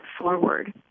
forward